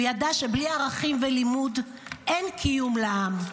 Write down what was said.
הוא ידע שבלי ערכים ולימוד אין קיום לעם.